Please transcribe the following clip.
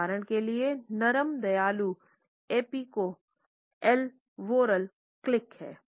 उदाहरण के लिए नरम दयालु एपिको एल्वोलर क्लिक हैं